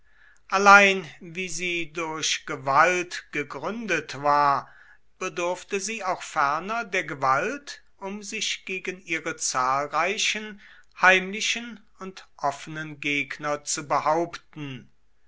allein wie sie durch gewalt gegründet war bedurfte sie auch ferner der gewalt um sich gegen ihre zahlreichen heimlichen und offenen gegner zu behaupten